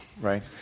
Right